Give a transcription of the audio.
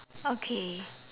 okay